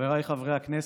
חבריי חברי הכנסת,